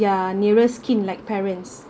their nearest kin like parents